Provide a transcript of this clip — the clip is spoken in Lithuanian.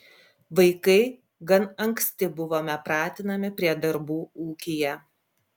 vaikai gan anksti buvome pratinami prie darbų ūkyje